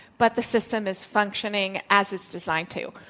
but the system is functioning as it's designed to.